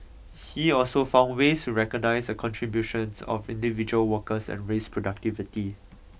he also found ways to recognise the contributions of individual workers and raise productivity